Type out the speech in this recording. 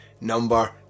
number